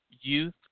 Youth